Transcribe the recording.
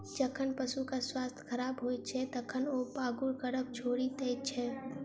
जखन पशुक स्वास्थ्य खराब होइत छै, तखन ओ पागुर करब छोड़ि दैत छै